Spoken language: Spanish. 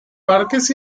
parques